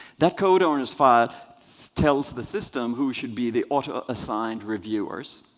that code owner's file tells the system who should be the auto-assigned reviewers